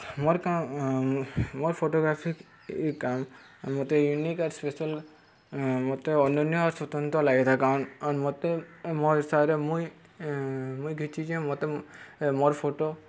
ମୋର୍ କାମ ମୋର୍ ଫଟୋଗ୍ରାଫି କାମ୍ ମତେ ୟୁନିକ୍ ଆର୍ ସ୍ପେସାଲ୍ ମତେ ଅନନ୍ୟ ଆଉ ସ୍ୱତନ୍ତ୍ର ଲାଗିଥାଏ କରଣ୍ ମତେ ମୋର୍ ହିସାବ୍ରେ ମୁଇଁ ମୁଇଁ ଘିଚିଚେଁ ମତେ ମୋର୍ ଫଟୋ